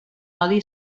odi